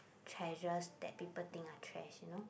treasures that people think I trash you know